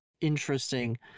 interesting